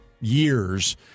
years